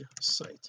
site